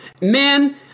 Man